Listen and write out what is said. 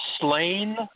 slain